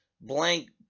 blank